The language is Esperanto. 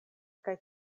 kaj